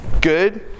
Good